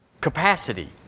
capacity